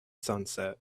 sunset